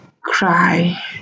cry